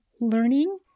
learning